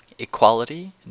Equality